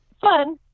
fun